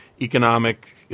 economic